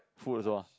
food also ah